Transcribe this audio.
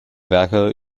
werke